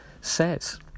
says